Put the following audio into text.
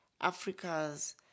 Africa's